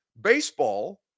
Baseball